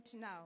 now